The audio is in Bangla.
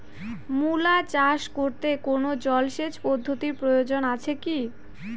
মূলা চাষ করতে কোনো জলসেচ পদ্ধতির প্রয়োজন আছে কী?